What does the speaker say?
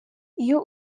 iyo